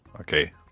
Okay